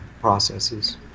processes